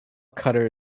cutter